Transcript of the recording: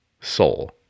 Soul